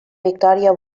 victòria